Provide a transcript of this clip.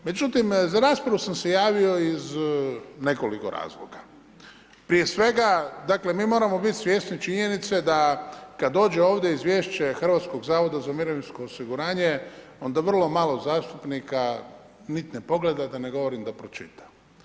Za raspravu sam se javio iz nekoliko razloga, prije svega dakle mi moramo biti svjesni činjenice da kad dođe ovdje izvješće Hrvatskog zavoda za mirovinsko osiguranje, onda vrlo malo zastupnika niti ne pogleda, da ne govorim da pročita.